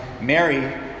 Mary